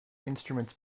instruments